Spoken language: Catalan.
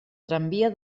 tramvia